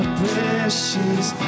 precious